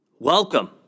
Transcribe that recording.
Welcome